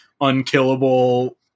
unkillable